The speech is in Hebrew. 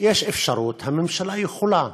שיש אפשרות והממשלה יכולה,